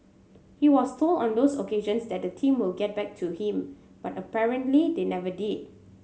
he was told on those occasions that the team will get back to him but apparently they never did